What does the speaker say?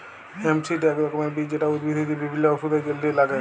hemp seed এক রকমের বীজ যেটা উদ্ভিদ হইতে বিভিল্য ওষুধের জলহে লাগ্যে